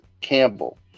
Campbell